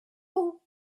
woot